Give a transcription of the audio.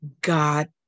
God